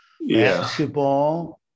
basketball